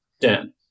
Dan